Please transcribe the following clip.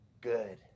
good